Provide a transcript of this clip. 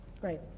Great